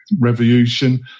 revolution